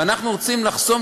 ואנחנו רוצים לחסום,